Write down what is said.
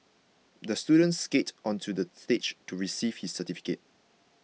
the student skated onto the stage to receive his certificate